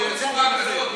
זו מצוות החוק.